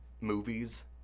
movies